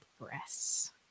breasts